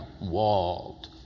walled